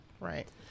Right